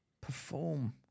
Perform